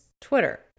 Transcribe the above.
Twitter